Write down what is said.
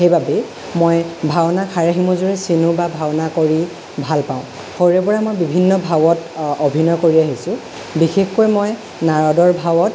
সেইবাবেই মই ভাওনাক হাড়ে হিমজুৱে চিনো বা ভাওনা কৰি ভাল পাওঁ সৰুৰে পৰা মই বিভিন্ন ভাৱত অভিনয় কৰি আহিছোঁ বিশেষকৈ মই নাৰদৰ ভাৱত